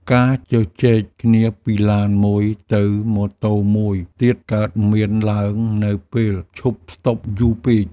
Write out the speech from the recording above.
ការជជែកគ្នាពីឡានមួយទៅម៉ូតូមួយទៀតកើតមានឡើងនៅពេលឈប់ស្ដុបយូរពេក។